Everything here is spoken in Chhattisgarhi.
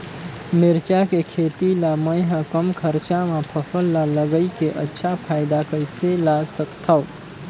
मिरचा के खेती ला मै ह कम खरचा मा फसल ला लगई के अच्छा फायदा कइसे ला सकथव?